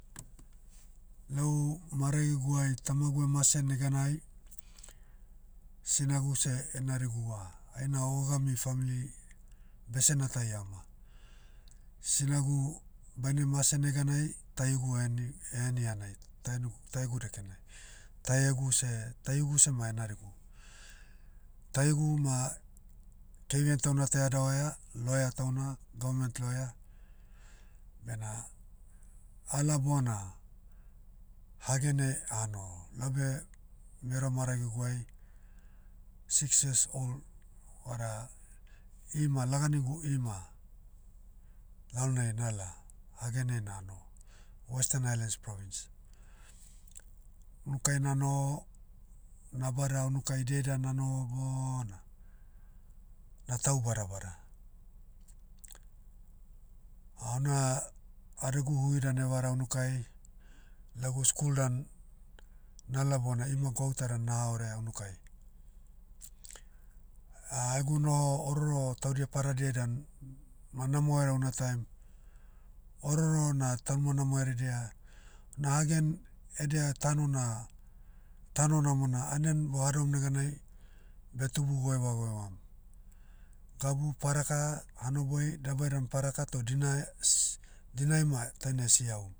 Lau maragiguai tamagu emase neganai, sinagu seh enariguva. Aina ogogami famli, besena tai ama. Sinagu, baine mase neganai, taihugu eheni- eheni hanai, tainug- taiugu dekenai. Taiagu seh- taihugu seh ma enarigu. Taihugu ma, kavieng tauna ta eadavaia, lawyer tauna, government lawyer, bena, ala bona, hagen ai, anoho. Laube, mero maragiguai, six years old, vada, ima- laganigu ima, lalonai nala, hagen'iai nanoho, western highlands province. Unukai nanoho, nabada unukai diaida nanoho bona, na tau badabada. ouna, adegu hui dan evara unukai, lagu school dan, nala bona ima gwauta dan naha orea unukai. egu noho ororo taudia padadiai dan, ma namoherea una time. Ororo na taunima namo heredia, na hagen, edia tano na, tano namona anian bohadom neganai, betubu goeva goevam. Gabu paraka, hanoboi, dabai dan paraka toh dina- s- dinai ma taina esiahum.